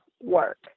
work